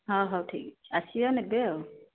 ହଁ ହଉ ଠିକ୍ଅଛି ଆସିବେ ନେବେ ଆଉ